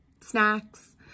snacks